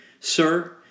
Sir